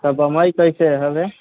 तऽ बम्बइ कैसे होबै